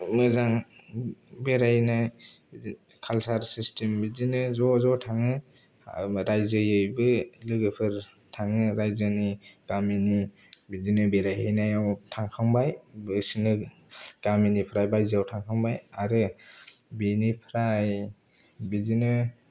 मोजां बेरायनो culture system बिदिनो ज' ज' थाङो रायजोयैबो लोगोफोर थाङो रायजोनि गामिनि बिदिनो बेरायहैनायाव थांखांबाय बैसिनो गामिनिफ्राय बाइजोआव थांखांबाय आरो बेनिफ्राय बिदिनो